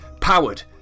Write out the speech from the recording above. powered